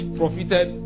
profited